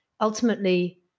ultimately